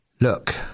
look